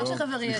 סליחה.